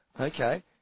Okay